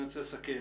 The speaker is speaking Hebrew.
אני רוצה לסכם.